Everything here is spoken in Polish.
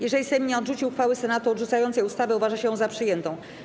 Jeżeli Sejm nie odrzuci uchwały Senatu odrzucającej ustawę, uważa się ją za przyjętą.